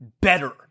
better